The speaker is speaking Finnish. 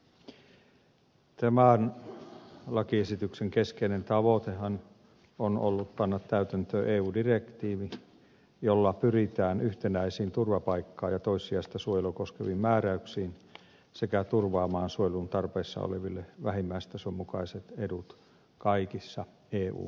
tämän lakiesityksen keskeinen tavoitehan on ollut panna täytäntöön eu direktiivi jolla pyritään yhtenäisiin turvapaikkaa ja toissijaista suojelua koskeviin määräyksiin sekä turvaamaan suojelun tarpeessa oleville vähimmäistason mukaiset edut kaikissa eu maissa